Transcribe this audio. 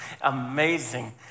Amazing